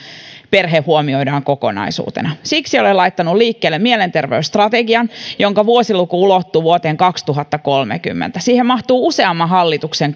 perhe huomioidaan kokonaisuutena siksi olen laittanut liikkeelle mielenterveysstrategian jonka vuosiluku ulottuu vuoteen kaksituhattakolmekymmentä siihen mahtuu useamman hallituksen